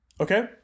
Okay